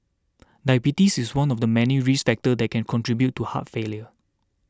diabetes is one of the many risk factors that can contribute to heart failure